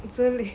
it's really